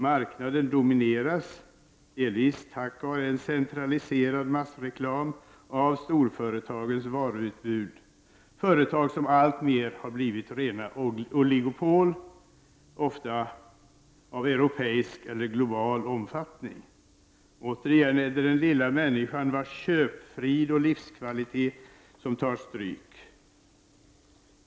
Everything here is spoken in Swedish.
Marknaden domineras, delvis tack vare en centraliserad massreklam, av storföretagens varuutbud, företag som alltmer har blivit rena oligopol, ofta av europeisk eller global omfattning. Återigen är det den lilla människan — och hennes köpfrid och livskvalitet — som tar stryk.